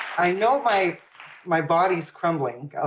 i know my my body's crumbling.